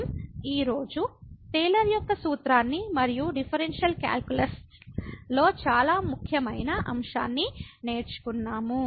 మనం ఈ రోజు టేలర్ యొక్క సూత్రాన్ని మరియు డిఫరెన్షియల్ కాలిక్యులస్లో చాలా ముఖ్యమైన అంశాన్ని నేర్చుకున్నాము